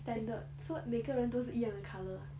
standard so 每个人都是一样的 colour ah